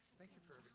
thank you for